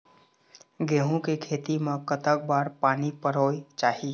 गेहूं के खेती मा कतक बार पानी परोए चाही?